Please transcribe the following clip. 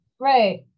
Right